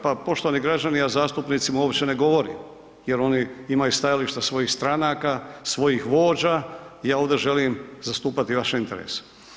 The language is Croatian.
Pa poštovani građani, ja zastupnicima uopće ne govorim jer oni imaju stajališta svojih stranaka, svojih vođa, ja ovdje želim zastupati vaše interese.